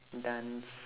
dance